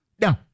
No